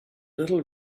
little